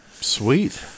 Sweet